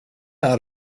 out